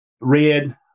red